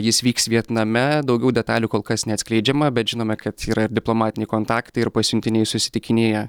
jis vyks vietname daugiau detalių kol kas neatskleidžiama bet žinome kad yra diplomatiniai kontaktai ir pasiuntiniai susitikinėja